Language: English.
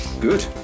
Good